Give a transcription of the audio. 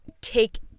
take